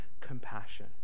compassion